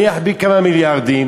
אני אחביא כמה מיליארדים,